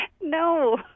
No